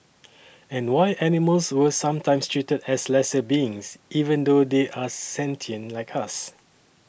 and why animals were sometimes treated as lesser beings even though they are sentient like us